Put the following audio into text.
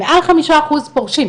מעל חמישה אחוז פורשים.